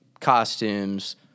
costumes